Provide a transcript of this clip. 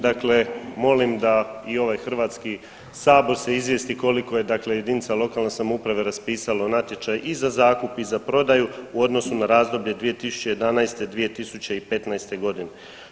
Dakle, molim da i ovaj Hrvatski sabor se izvijesti koliko je dakle jedinica lokalne samouprave raspisalo natječaj i za zakup i za prodaju u odnosu na razdoblje 2011.-2015. godine.